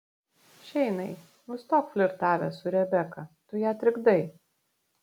šeinai nustok flirtavęs su rebeka tu ją trikdai